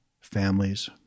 families